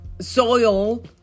soil